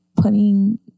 putting